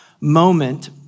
moment